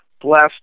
blessed